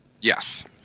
Yes